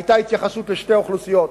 היתה התייחסות לשתי אוכלוסיות.